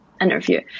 interview